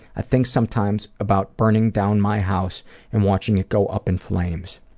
i think sometimes about burning down my house and watching it go up in flames.